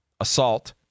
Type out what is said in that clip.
Assault